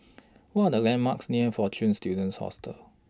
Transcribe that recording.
What Are The landmarks near Fortune Students Hostel